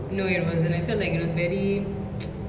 no it wasn't I felt like it was very